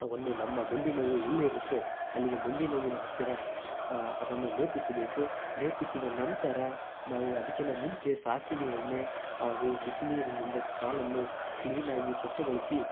ಅವನ್ನು ನಮ್ಮ ಮಂಡಿ ನೋವು ಎಲ್ಲಿರುತ್ತೋ ಅಲ್ಲಿಗೆ ಮಂಡಿ ನೋವಿನ ಹತ್ತಿರ ಅದನ್ನು ಲೇಪಿಸಬೇಕು ಲೇಪಿಸಿದ ನಂತರ ನಾವು ಅದಕ್ಕಿಂತ ಮುಂಚೆ ಸಾಸಿವೆ ಎಣ್ಣೆ ಹಾಗೂ ಬಿಸಿ ನೀರಿನಿಂದ ಕಾಲನ್ನು ಕ್ಲೀನಾಗಿ ಸ್ವಚ್ಛಗೊಳಿಸಿ